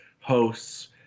hosts